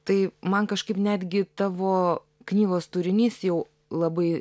tai man kažkaip netgi tavo knygos turinys jau labai